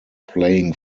playing